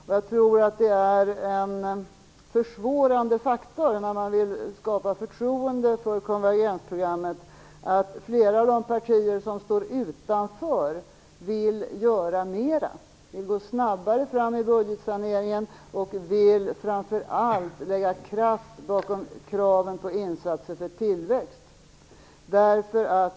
När man vill skapa förtroende för konvergensprogrammet tror jag att det är en försvårande faktor att flera av de partier som står utanför vill göra mera, vill gå snabbare fram i budgetsaneringen och framför allt vill lägga kraft bakom kraven på insatser för tillväxt.